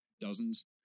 Dozens